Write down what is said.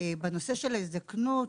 בנושא של ההזדקנות,